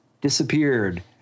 disappeared